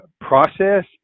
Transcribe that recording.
process